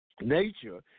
nature –